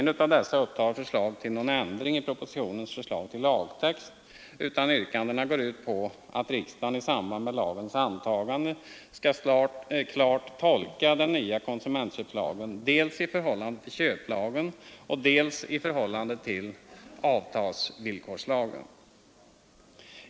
Inte i något av dem föreslås en ändring i propositionens förslag till lagtext, utan yrkandena går ut på att riksdagen i samband med lagens antagande skall klart tolka den nya konsumentköplagen dels i förhållande till köplagen, dels i förhållande till avtalsvillkorslagen.